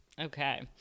okay